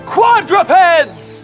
Quadrupeds